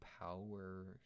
power